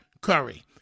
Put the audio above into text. Curry